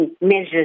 measures